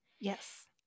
Yes